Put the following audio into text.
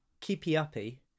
keepy-uppy